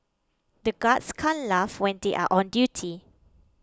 the guards can't laugh when they are on duty